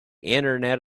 internet